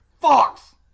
Fox